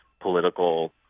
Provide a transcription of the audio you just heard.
political